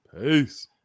Peace